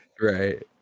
right